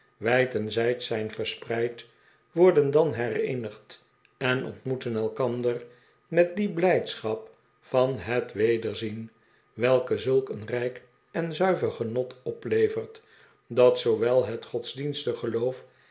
wijd en zijd zijn verspreid worden dan hereenigd en ontmoeten elkander met die blijdschap van het wederzien welke zulk een rijk en zuiver genot oplevert dat zoowel het godsdienstig geloof